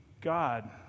God